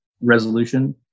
resolution